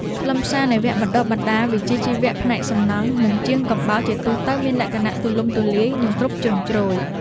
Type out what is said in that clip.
ខ្លឹមសារនៃវគ្គបណ្តុះបណ្តាលវិជ្ជាជីវៈផ្នែកសំណង់និងជាងកំបោរជាទូទៅមានលក្ខណៈទូលំទូលាយនិងគ្រប់ជ្រុងជ្រោយ។